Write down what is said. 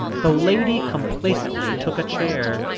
the lady complacently took a chair.